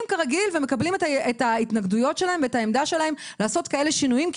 כרגיל ומקבלים את ההתנגדויות שלהם והעמדה שלהם לעשות כאלה שינויים,